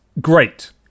great